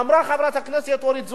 אמרה חברת הכנסת אורית זוארץ: